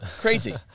crazy